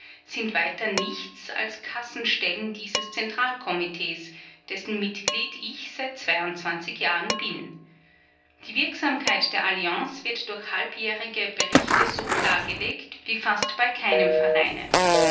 sind weiter nichts als kassenstellen dieses zentralkomitees dessen mitglied ich seit jahren bin die wirksamkeit der alliance wird durch halbjährige berichte so klargelegt wie fast bei keinem vereine